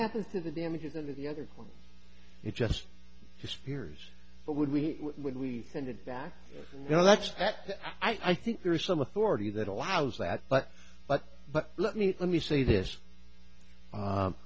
happen through the damages and the other one it just disappears but when we when we send it back you know that's that i think there is some authority that allows that but but but let me let me say this